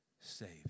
Saved